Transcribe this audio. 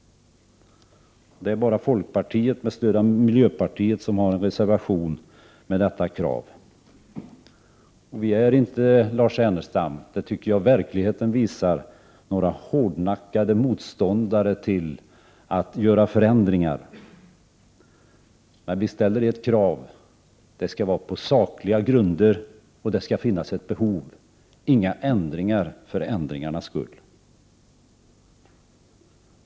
Det är bara folkpartiet med stöd av miljöpartiet som har en reservation med detta krav. Vi är inte — det visar verkligheten — några hårdnackade motståndare mot att göra förändringar, Lars Ernestam, men vi ställer ett krav, nämligen att de skall göras på sakliga grunder och att det skall finnas ett behov. Det skall inte göras några ändringar för ändringarnas egen skull.